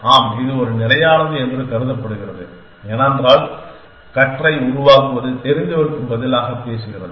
ஆம் இது ஒரு நிலையானது என்று கருதப்படுகிறது ஏனென்றால் கற்றை உருவாக்குவது தெரிந்தவருக்குப் பதிலாக பேசுகிறது